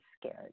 scared